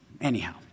Anyhow